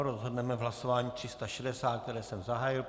Rozhodneme v hlasování 360, které jsem zahájil.